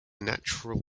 natural